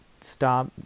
stop